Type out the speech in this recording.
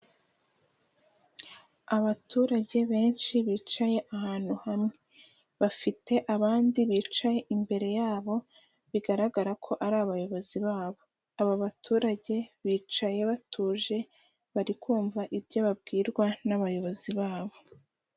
Abaturage benshi bicaye ahantu hamwe, bafite abandi bicaye imbere yabo, bigaragara ko ari abayobozi babo, aba baturage bicaye batuje, bari kumva ibyo babwirwa n'abayobozi babo.